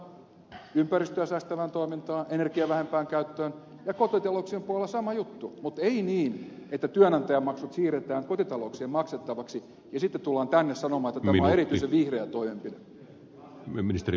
siellä pitää kannustaa ympäristöä säästävään toimintaan energian vähempään käyttöön ja kotitalouksien puolella sama juttu mutta ei niin että työnantajamaksut siirretään kotitalouksien maksettavaksi ja sitten tullaan tänne sanomaan että tämä on erityisen vihreä toimenpide